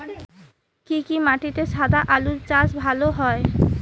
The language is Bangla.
কি কি মাটিতে সাদা আলু চাষ ভালো হয়?